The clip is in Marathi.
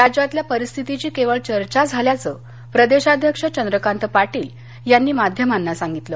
राज्यातल्या परिस्थितीची केवळ चर्चा झाल्याचं प्रदेशाध्यक्ष चंद्रकांत पाटील यांनी माध्यमांना सांगितलं